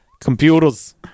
Computers